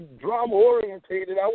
drama-orientated